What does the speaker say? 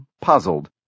puzzled